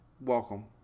welcome